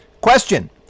Question